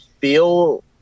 feel